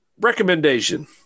recommendation